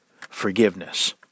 forgiveness